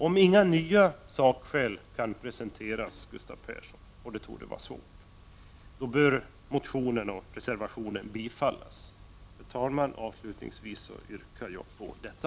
Om inga nya sakskäl kan presenteras, Gustav Persson, och det torde vara svårt, bör motion och reservation bifallas. Herr talman! Jag yrkar därmed bifall till dem.